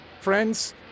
Friends